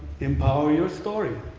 empower your story.